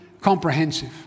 comprehensive